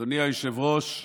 אדוני היושב-ראש,